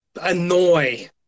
annoy